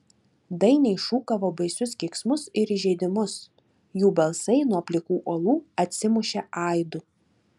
dainiai šūkavo baisius keiksmus ir įžeidimus jų balsai nuo plikų uolų atsimušė aidu